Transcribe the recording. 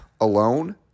alone